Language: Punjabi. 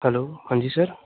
ਹੈਲੋ ਹਾਂਜੀ ਸਰ